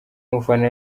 mufana